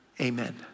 Amen